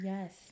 Yes